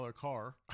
car